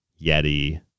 Yeti